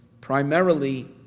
primarily